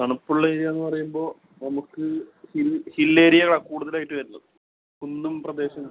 തണുപ്പുള്ള ഏരിയ എന്ന് പറയുമ്പോൾ നമുക്ക് ഹിൽ ഹില്ല് ഏരിയകളാണ് കൂടുതലായിട്ട് വരുന്നത് കുന്നും പ്രദേശങ്ങൾ